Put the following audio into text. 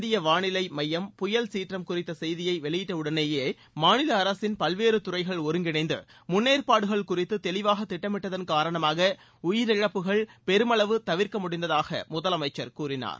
இந்திய வானிலை மையம் புயல் சீற்றம் குறித்த செய்தியை வெளியிட்டவுடனேயே மாநில அரசின் பல்வேறு துறைகள் ஒருங்கிணைந்து முன்னேற்பாடுகள் குறித்து தெளிவாக திட்டமிட்டதன் காரணமாக உயிரிழப்புகளை பெருமளவு தவிர்க்க முடிந்ததாக முதலமைச்சர் கூநினார்